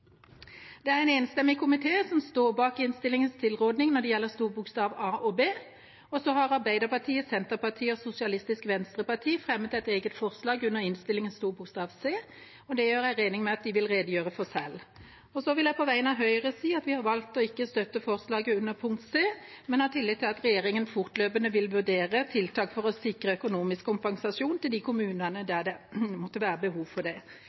Det er en enstemmig komité som står bak innstillingens tilråding når det gjelder A og B. Så har Arbeiderpartiet, Senterpartiet og Sosialistisk Venstreparti fremmet et eget forslag til tilråding under C, og det regner jeg med at de vil redegjøre for selv. Jeg vil på vegne av Høyre si at vi har valgt ikke å støtte forslaget under C, men har tillit til at regjeringa fortløpende vil vurdere tiltak for å sikre økonomisk kompensasjon til de kommunene der det måtte være behov for det. Med det vil jeg anbefale komiteens innstilling. Jeg vil kommentere en del av forslaget til tilråding. Det